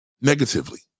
Negatively